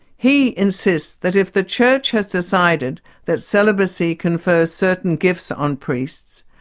he insists that if the church has decided that celibacy confers certain gifts on priests,